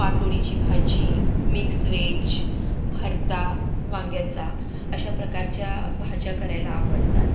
पाटोडीची भाजी mix veg भरता वांग्याचा अशा प्रकारच्या भाज्या करायला आवडतात